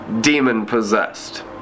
demon-possessed